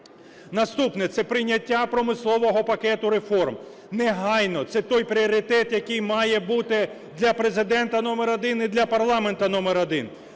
Наступне. Це прийняття промислового пакету реформ. Негайно! Це той пріоритет, який має бути для Президента номер один і для парламенту номер один.